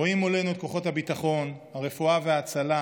רואים מולנו את כוחות הביטחון, הרפואה וההצלה,